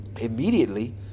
immediately